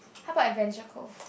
how about Adventure-Cove